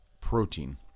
protein